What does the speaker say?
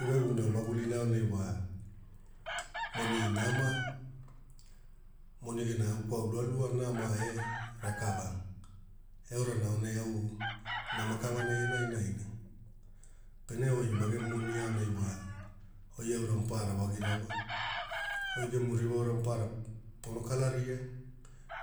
Iwaguna magulina aonai wa moni nama, moni gena au kwau lualua, nama e rakava. Eorana aonai au nama kavanai ana inaina, pene oi magemu moni aonai wa, oi aura mapaara wagira wa, oi gemu ririwa aura mapaara pono kalaria,